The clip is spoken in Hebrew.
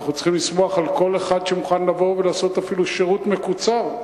אנחנו צריכים לשמוח על כל אחד שמוכן לבוא ולעשות אפילו שירות מקוצר.